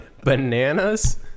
bananas